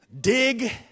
Dig